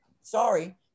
sorry